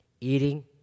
eating